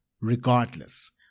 regardless